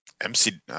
MC